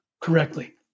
correctly